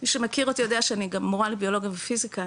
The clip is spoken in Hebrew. מי שמכיר אותי יודע שאני גם מורה לביולוגיה ופיסיקה,